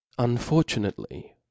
Unfortunately